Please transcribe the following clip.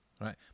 Right